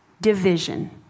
Division